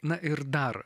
na ir dar